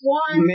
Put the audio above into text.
one